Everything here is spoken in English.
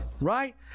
Right